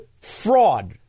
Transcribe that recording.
fraud